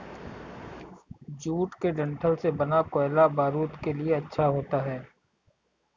jute के डंठल से बना कोयला बारूद के लिए अच्छा होता है